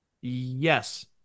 Yes